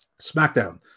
SmackDown